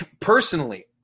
personally